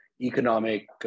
economic